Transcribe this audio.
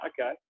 okay